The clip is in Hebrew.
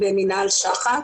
שח"ק.